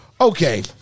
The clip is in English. okay